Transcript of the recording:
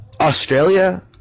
Australia